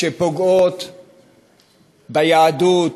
שפוגעות ביהדות,